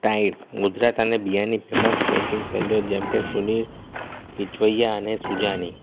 type મુદરા અને biryani famous painting સેલ્યુઅલ જેમકે સુનિલ પિછવઇયા અને સુજાની